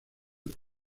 were